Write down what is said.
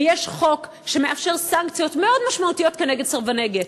ויש חוק שמאפשר סנקציות מאוד משמעותיות נגד סרבני גט.